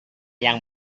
yang